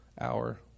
hour